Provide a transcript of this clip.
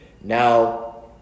now